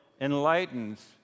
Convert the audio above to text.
enlightens